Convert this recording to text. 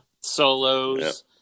solos